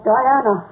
Diana